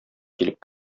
килеп